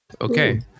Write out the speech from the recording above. Okay